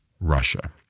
Russia